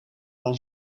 dan